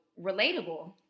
relatable